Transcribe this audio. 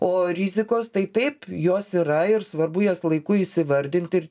o rizikos tai taip jos yra ir svarbu jas laiku įsivardint ir